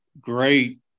great